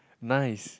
nice